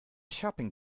shopping